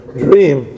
dream